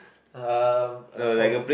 um a home